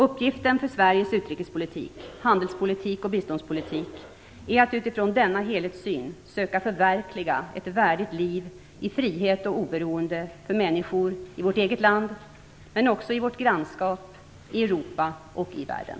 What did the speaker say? Uppgiften för Sveriges utrikespolitik, handelspolitik och biståndspolitik är att utifrån denna helhetssyn söka förverkliga ett värdigt liv i frihet och oberoende för människor i vårt eget land, men också i vårt grannskap, i Europa och i världen.